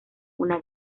una